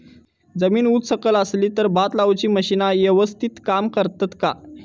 जमीन उच सकल असली तर भात लाऊची मशीना यवस्तीत काम करतत काय?